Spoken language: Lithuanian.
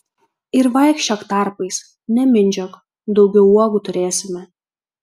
ir vaikščiok tarpais nemindžiok daugiau uogų turėsime